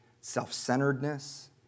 self-centeredness